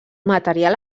material